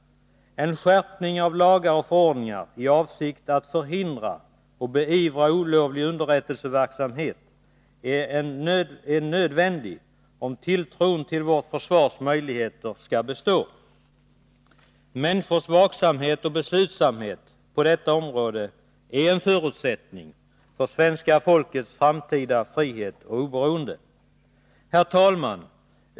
En skärpning av lagar och förordningar i avsikt att förhindra och beivra olovlig underrättelseverksamhet är nödvändig, om tilltron till vårt försvars möjligheter skall bestå. Människors vaksamhet och beslutsamhet på detta område är en förutsättning för svenska folkets framtida frihet och oberoende. Herr talman!